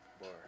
bar